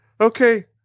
Okay